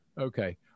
Okay